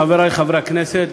חברי חברי הכנסת,